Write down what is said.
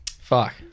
fuck